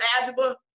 algebra